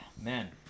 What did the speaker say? man